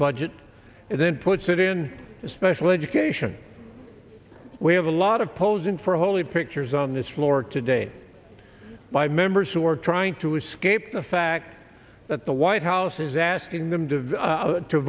budget and then puts it in a special education we have a lot of posing for holy pictures on this floor today by members who are trying to escape the fact that the white house is asking them to to